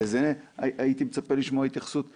הייתי מצפה להתייחסות לזה.